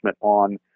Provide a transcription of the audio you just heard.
on